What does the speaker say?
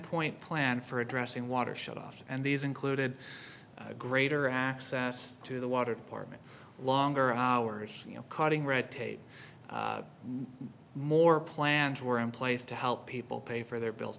point plan for addressing water shutoff and these included greater access to the water department longer hours you know cutting red tape more plans were in place to help people pay for their bills